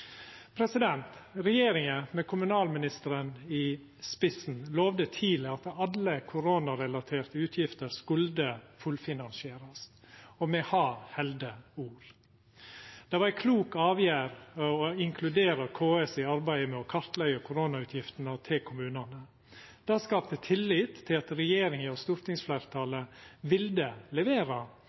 Regjeringa, med kommunalministeren i spissen, lovde tidleg at alle koronarelaterte utgifter skulle fullfinansierast, og me har halde ord. Det var ei klok avgjerd å inkludera KS i arbeidet med å kartleggja koronautgiftene til kommunane. Det skapte tillit til at regjeringa og